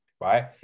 right